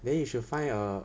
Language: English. then you should find a